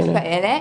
יש כאלה,